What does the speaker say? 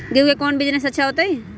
गेंहू के कौन बिजनेस अच्छा होतई?